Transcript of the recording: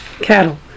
cattle